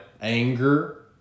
Anger